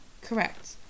Correct